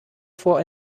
for